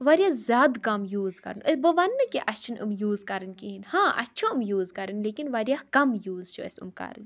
واریاہ زیادٕ کَم یوٗز کَرُن أسۍ بہٕ وَننہٕ کہِ اسہِ چھِنہٕ یِم یوٗز کَرٕنۍ کہیٖنۍ ہاں اسہِ چھِ یِم یوٗز کَرٕنۍ لیکِن واریاہ کَم یوٗز چھِ اسہِ یِم کَرٕنۍ